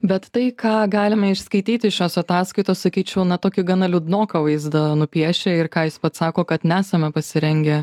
bet tai ką galime išskaityti iš šios ataskaitos sakyčiau na tokį gana liūdnoką vaizdą nupiešia ir ką jis pats sako kad nesame pasirengę